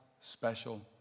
special